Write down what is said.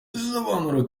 isobanura